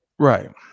Right